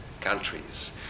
countries